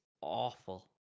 awful